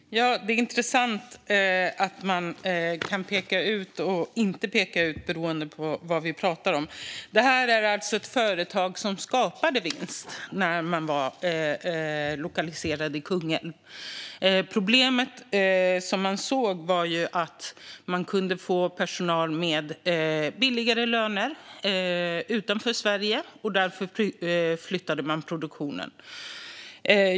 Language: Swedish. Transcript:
Herr talman! Det är intressant att man kan peka ut och inte peka ut beroende på vad vi pratar om. Det här är alltså ett företag som skapade vinst när det var lokaliserat i Kungälv. Problemet var att man såg att man kunde få personal med billigare löner utanför Sverige, och därför flyttade man produktionen.